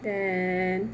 then